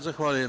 Zahvaljujem.